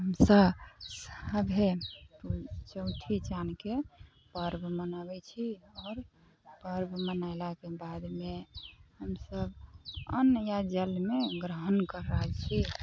हमसब सभे चौठी चाँदके पर्व मनऽबै छी आओर पर्व मनैलाके बादमे हमसब अन्न या जलमे ग्रहण करै छी